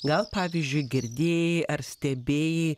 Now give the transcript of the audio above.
gal pavyzdžiui girdėjai ar stebėjai